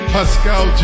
Pascal